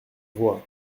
voix